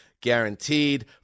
guaranteed